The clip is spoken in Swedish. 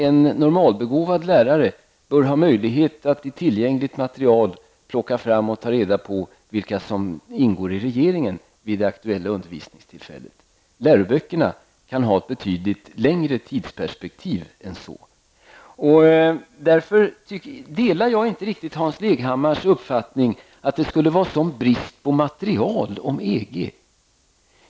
En normalbegåvad lärare bör ha möjlighet att ur tillgängligt material plocka fram och ta reda på vilka som ingår i regeringen vid det aktuella undervisningstillfället. Läroböckerna kan ha ett betydligt längre tidsperspektiv än så. Därför delar jag inte Hans Leghammars uppfattning att det skulle råda en sådan brist på material om EG.